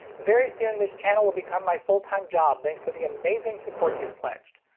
very soon this channel will become my full-time job thanks to the amazing support you've pledged.